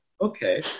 okay